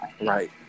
Right